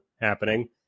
happening